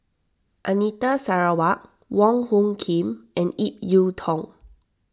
Anita Sarawak Wong Hung Khim and Ip Yiu Tung